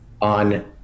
on